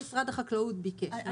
גם משרד החקלאות ביקש.